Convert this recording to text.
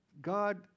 God